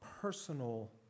personal